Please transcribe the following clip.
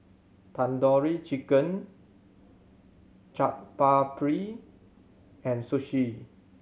Tandoori Chicken Chaat Papri and Sushi